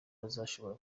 bazashobora